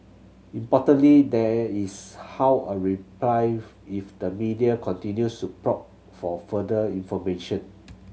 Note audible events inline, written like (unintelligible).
importantly there is how a reply (unintelligible) if the media continues to probe for further information